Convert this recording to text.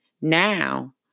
now